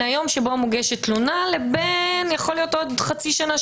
היום שבו מוגשת תלונה לבין עוד חצי שנה,